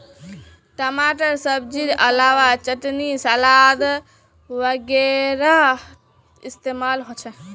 टमाटर सब्जिर अलावा चटनी सलाद वगैरहत इस्तेमाल होचे